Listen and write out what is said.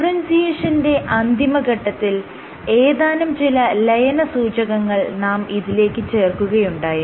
ഡിഫറെൻസിയേഷന്റെ അന്തിമ ഘട്ടത്തിൽ ഏതാനും ചില ലയനസൂചകങ്ങൾ നാം ഇതിലേക്ക് ചേർക്കുകയുണ്ടായിരുന്നു